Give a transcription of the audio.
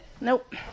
Nope